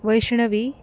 Vaishnavi